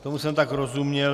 Tomu jsem tak rozuměl.